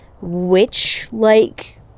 witch-like